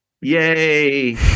Yay